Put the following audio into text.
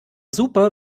super